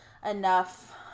enough